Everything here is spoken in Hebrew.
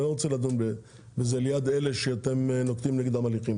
אני לא רוצה לדון בזה ליד אלה שאתם נוקטים נגדם הליכים,